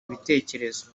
ibitekerezo